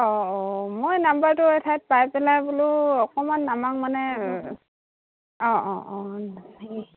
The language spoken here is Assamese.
অঁ অঁ মই নাম্বাৰটো এঠাইত পাই পেলাই বোলো অকণমান আমাক মানে অঁ অঁ অঁ